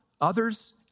others